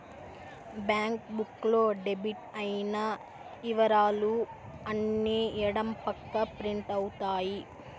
bank book లో debit అయిన ఇవరాలు అన్ని ఎడం పక్క ప్రింట్ అవుతాయి